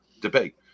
debate